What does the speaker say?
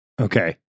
Okay